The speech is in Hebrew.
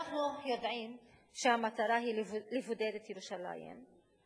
אנחנו יודעים שהמטרה היא לבודד את ירושלים.